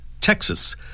Texas